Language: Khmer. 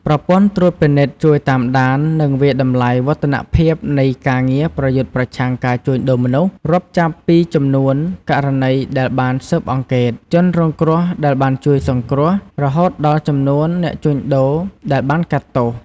ប្រព័ន្ធត្រួតពិនិត្យ ជួយតាមដាន និងវាយតម្លៃវឌ្ឍនភាពនៃការងារប្រយុទ្ធប្រឆាំងការជួញដូរមនុស្ស រាប់ចាប់ពីចំនួនករណីដែលបានស៊ើបអង្កេត ជនរងគ្រោះដែលបានជួយសង្គ្រោះ រហូតដល់ចំនួនអ្នកជួញដូរដែលបានកាត់ទោស។